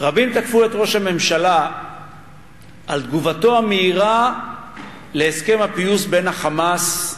על תגובתו המהירה להסכם הפיוס בין ה"חמאס"